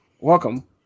welcome